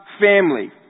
family